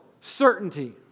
certainty